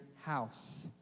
house